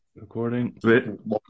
recording